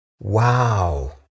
Wow